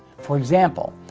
for example,